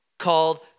called